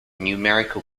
numerical